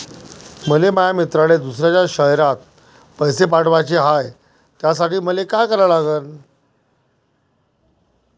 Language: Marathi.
मले माया मित्राले दुसऱ्या शयरात पैसे पाठवाचे हाय, त्यासाठी मले का करा लागन?